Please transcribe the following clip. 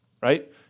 right